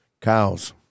Cows